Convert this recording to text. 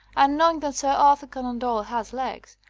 and knowing that sir arthur conan doyle has legs,